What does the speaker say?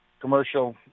commercial